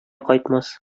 кайтмас